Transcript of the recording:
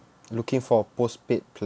looking for postpaid pla~